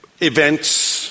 events